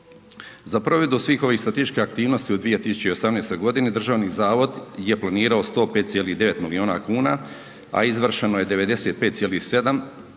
Za provedbu svih ovih statističkih aktivnosti u 2018. godini Državni zavod je planirao 105,9 miliona kuna, a izvršeno je 95,7 miliona